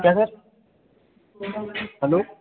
क्या sir hello